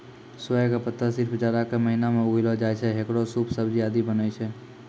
सोया के पत्ता सिर्फ जाड़ा के महीना मॅ उगैलो जाय छै, हेकरो सूप, सब्जी आदि बनै छै